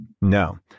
No